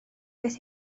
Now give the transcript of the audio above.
beth